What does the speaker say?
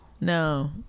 No